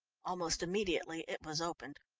almost immediately it was opened.